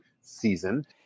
season